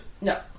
No